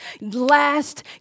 last